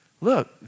Look